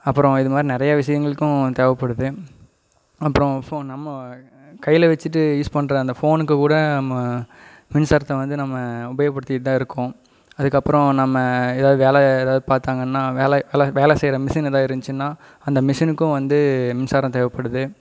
அப்புறம் இதுமாதிரி நிறைய விஷயங்களுக்கும் தேவைப்படுது அப்றம் ஃபோ நம்ம கையில் வச்சிட்டு யூஸ் பண்ணுற அந்த ஃபோனுக்கு கூட நம்ம மின்சாரத்தை வந்து நம்ம உபயோகப்படுத்தியிட தான் இருக்கோம் அதுக்கப்புறம் நம்ம எதாவது வேலை எதாவது பார்த்தாங்கன்னா வேலை வேலை வேலை செய்கிற மிசின் எதாது இருந்துச்சுனால் அந்த மிஷினுக்கும் வந்து மின்சாரம் தேவைப்படுது